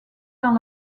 dans